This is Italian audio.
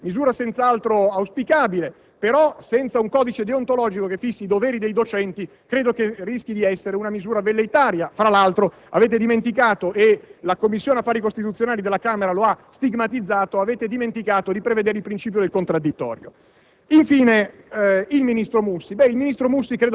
le sanzioni disciplinari, misura senz'altro auspicabile: in assenza di un codice deontologico che fissi i doveri dei docenti credo però che rischi di risultare una misura velleitaria. Fra l'altro, avete dimenticato (e la Commissione affari costituzionali della Camera lo ha stigmatizzato) di prevedere il principio del contraddittorio.